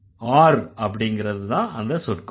are அப்படிங்கறதுதான் அந்த சொற்கூறு